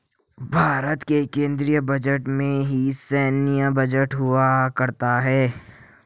भारत के केन्द्रीय बजट में ही सैन्य बजट हुआ करता है